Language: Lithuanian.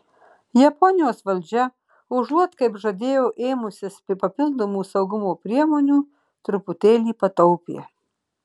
japonijos valdžia užuot kaip žadėjo ėmusis papildomų saugumo priemonių truputėlį pataupė